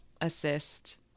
assist